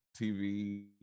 TV